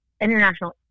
International